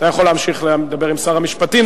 אתה יכול להמשיך לדבר עם שר המשפטים,